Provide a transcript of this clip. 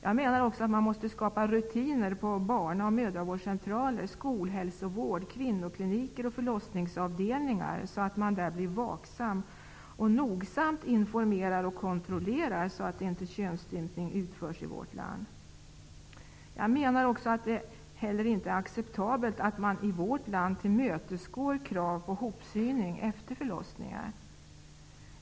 Man måste också skapa rutiner på barna och mödravårdscentraler, skolhälsovård, kvinnokliniker och förlossningsavdelningar så att man där blir vaksam och nogsamt informerar och kontrollerar så att inte könsstympning utförs i vårt land. Det är inte heller acceptabelt att man i vårt land tillmötesgår krav på ihopsyning efter förlossningar.